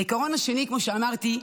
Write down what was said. העיקרון השני, כמו שאמרתי,